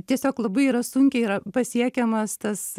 tiesiog labai yra sunkiai yra pasiekiamas tas